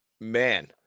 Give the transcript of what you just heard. man